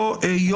שנים